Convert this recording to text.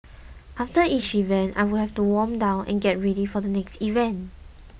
after each event I would have to warm down and get ready for the next event